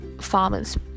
farmers